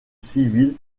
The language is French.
civil